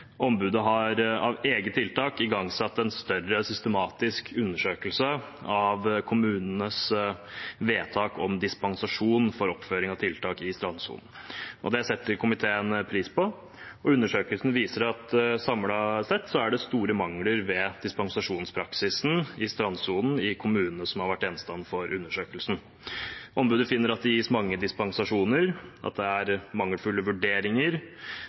Ombudet har av eget tiltak igangsatt en større systematisk undersøkelse av kommunenes vedtak om dispensasjon for oppføring av tiltak i strandsonen. Det setter komiteen pris på, og undersøkelsen viser at det samlet sett er store mangler ved dispensasjonspraksisen i strandsonen i kommunene som har vært gjenstand for undersøkelsen. Ombudet finner at det bl.a. gis mange dispensasjoner, og at det er mangelfulle vurderinger.